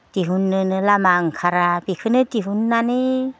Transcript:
दिहुननोनो लामा ओंखारा बेखोनो दिहुननानै